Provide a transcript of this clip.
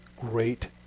great